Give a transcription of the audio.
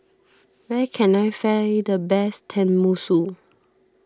where can I find the best Tenmusu